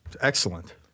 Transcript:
Excellent